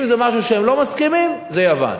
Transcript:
אם זה משהו שהם לא מסכימים, זה יוון.